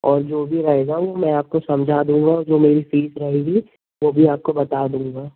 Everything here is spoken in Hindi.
और जो भी रहेगा वह मैं आपको समझा दूँगा जो मेरी फ़ीस रहेगी वह भी आपको बता दूँगा